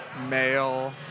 male